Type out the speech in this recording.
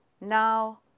Now